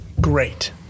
Great